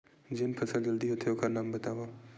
जेन फसल जल्दी होथे ओखर नाम बतावव?